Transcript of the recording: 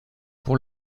pour